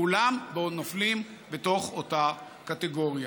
כולם נופלים באותה קטגוריה.